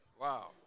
Wow